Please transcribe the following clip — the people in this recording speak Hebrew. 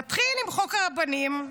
נתחיל עם חוק הרבנים,